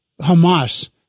Hamas